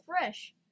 fresh